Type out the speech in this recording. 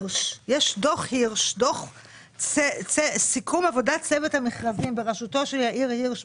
דוח סיכום עבודת צוות המכרזים בראשות יאיר הירש,